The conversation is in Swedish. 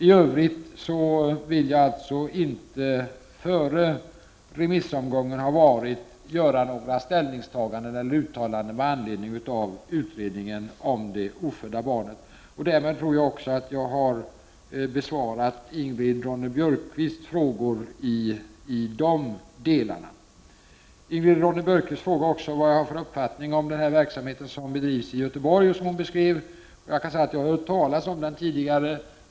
I övrigt vill jag inte göra några ställningstaganden eller uttalanden med anledning av utredningen om det ofödda barnet, innan remissomgången har avslutats. Därmed tror jag att jag har besvarat Ingrid Ronne-Björkqvists frågor i de delarna. Ingrid Ronne-Björkqvist frågade också vad jag har för uppfattning om den verksamhet som bedrivs i Göteborg och som hon beskrev. Jag kan säga att jag har hört talas om verksamheten.